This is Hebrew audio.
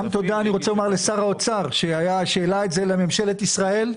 גם תודה לשר האוצר שהעלה את זה לממשלת ישראל,